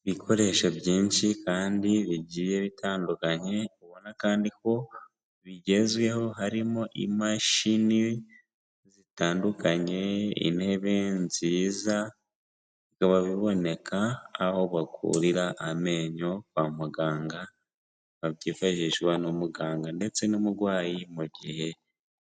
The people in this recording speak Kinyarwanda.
Ibikoresha byinshi kandi bigiye bitandukanye, ubona kandi ko bigezweho, harimo imashini zitandukanye, intebe nziza, bikaba biboneka aho bakurira amenyo kwa muganga, bikaba byifashishwa n'umuganga ndetse n'umurwayi mu gihe